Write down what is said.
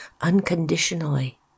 unconditionally